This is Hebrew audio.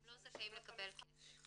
הם לא זכאים לקבל כסף.